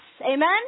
Amen